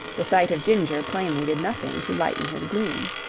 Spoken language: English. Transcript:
the sight of ginger plainly did nothing to lighten his gloom.